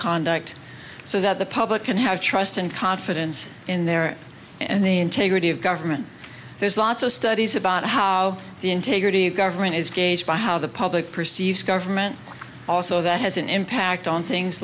conduct so that the public can have trust and confidence in their and the integrity of government there's lots of studies about how the integrity of government is gauged by how the public perceives government also that has an impact on things